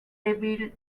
table